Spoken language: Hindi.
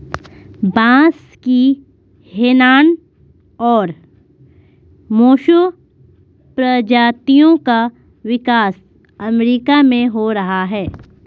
बांस की हैनान और मोसो प्रजातियों का विकास अमेरिका में हो रहा है